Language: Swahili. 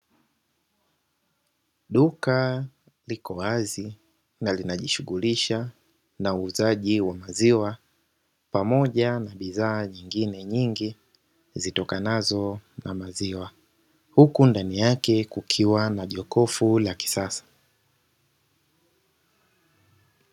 Duka liko wazi na linajishughulisha na uuzaji wa maziwa, pamoja na bidhaa nyinginye nyingi zitokanazo na maziwa, huku ndani yake kukiwa na jokofu la kisasa.